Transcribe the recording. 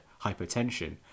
hypotension